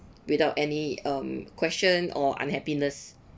without any um question or unhappiness